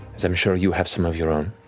as i'm sure you have some of your own.